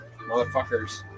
motherfuckers